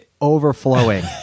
overflowing